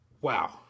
Wow